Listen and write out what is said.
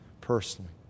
personally